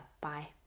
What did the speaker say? Bye